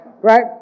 right